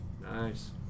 Nice